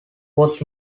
was